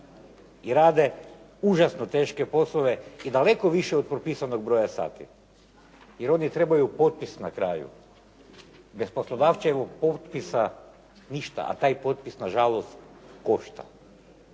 i rade užasno teške poslove i daleko više od propisanog broja sati, jer oni trebaju potpis na kraju. Bez poslodavčevog potpisa ništa, a taj potpis na žalost košta.